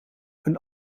een